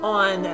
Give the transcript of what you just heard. on